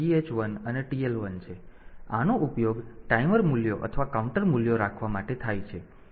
તેથી આનો ઉપયોગ ટાઈમર મૂલ્યો અથવા કાઉન્ટર મૂલ્યો રાખવા માટે થાય છે